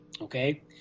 okay